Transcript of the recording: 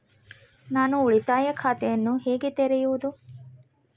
ನಾನು ಉಳಿತಾಯ ಖಾತೆಯನ್ನು ಹೇಗೆ ತೆರೆಯುವುದು?